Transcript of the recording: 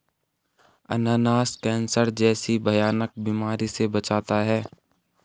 अनानास कैंसर जैसी भयानक बीमारी से बचाता है